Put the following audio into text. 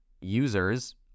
users